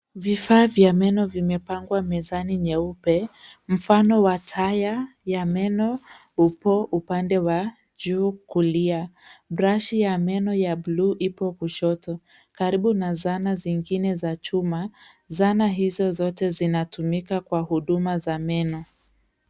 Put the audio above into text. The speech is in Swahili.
Vifaa vya meno vimepangwa mezani nyeupe. Mfano wa taya ya meno upo upande wa juu kulia. Brashi ya meno ya buluu ipo kushoto, karibu na zana zingine za chuma, zana hizo zote zinatumika kwa huduma za meno.